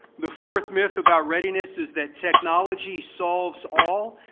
the fourth myth about readiness is that technology solves all.